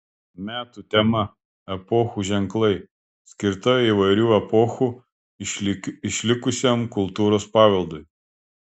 metų tema epochų ženklai skirta įvairių epochų išlikusiam kultūros paveldui